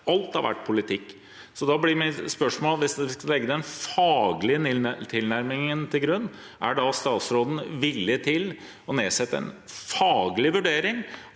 Alt har vært politikk. Da blir mitt spørsmål, hvis man skal legge den faglige tilnærmingen til grunn: Er statsråden da villig til å nedsette en faglig vurdering